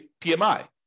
PMI